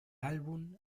álbum